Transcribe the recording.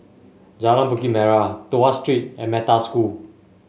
Jalan Bukit Merah Tuas Street and Metta School